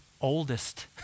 oldest